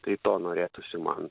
tai to norėtųsi man